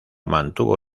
mantuvo